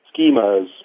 schemas